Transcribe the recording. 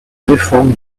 réforme